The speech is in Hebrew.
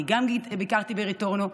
אני ביקרתי גם ברטורנו.